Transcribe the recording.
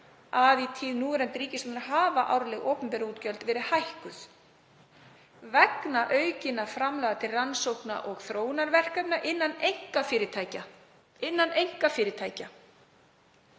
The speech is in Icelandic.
að í tíð núverandi ríkisstjórnar hafa árleg opinber útgjöld verið hækkuð vegna aukinna framlaga til rannsókna- og þróunarverkefna innan einkafyrirtækja